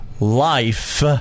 life